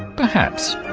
perhaps.